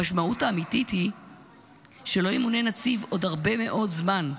המשמעות האמיתית היא שלא ימונה נציב עוד הרבה מאוד זמן.